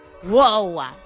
Whoa